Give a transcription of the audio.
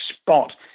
spot